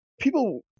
people